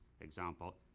Example